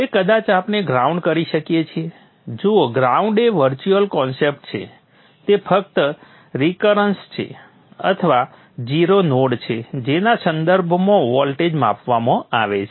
હવે કદાચ આપણે ગ્રાઉન્ડ કરી શકીએ છીએ જુઓ ગ્રાઉન્ડ એ એક વર્ચ્યુઅલ કન્સેપ્ટ છે તે ફક્ત રિકરન્સ છે અથવા જીરો નોડ છે જેના સંદર્ભમાં વોલ્ટેજ માપવામાં આવે છે